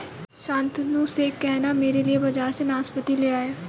शांतनु से कहना मेरे लिए बाजार से नाशपाती ले आए